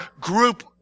group